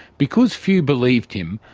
because few believed him,